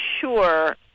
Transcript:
sure